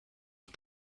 die